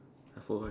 I forgot